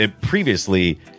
previously